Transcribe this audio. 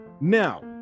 now